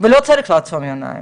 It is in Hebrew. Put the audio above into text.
ולא צריך לעצום עיניים.